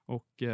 Och